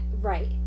right